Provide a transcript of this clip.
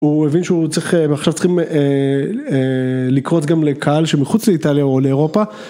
הוא הבין שהוא צריך ועכשיו צריכים לקרוץ גם לקהל שמחוץ לאיטליה או לאירופה.